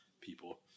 people